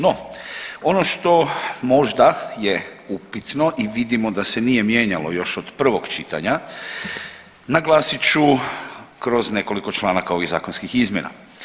No ono što možda je upitno i vidimo da se nije mijenjalo još od prvog čitanja, naglasit ću kroz nekoliko članaka ovih zakonskih izmjena.